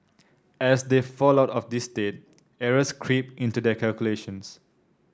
as they fall out of this state errors creep into their calculations